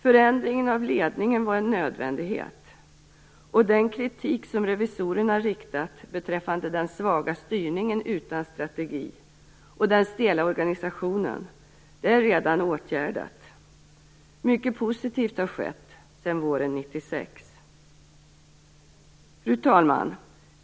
Förändringen av ledningen var en nödvändighet, och den kritik som revisorerna riktat beträffande den svaga styrningen utan strategi och den stela organisationen är redan åtgärdad. Mycket positivt har skett sedan våren 1996. Fru talman!